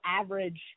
average